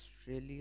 Australia